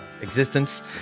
existence